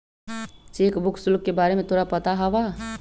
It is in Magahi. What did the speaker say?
चेक बुक शुल्क के बारे में तोरा पता हवा?